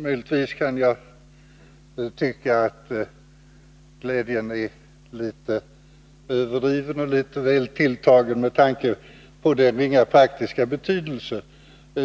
Möjligtvis kan jag tycka att glädjen är litet överdriven och litet väl tilltagen med tanke på den ringa faktiska betydelse